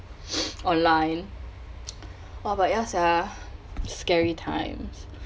online !wah! but ya sia scary times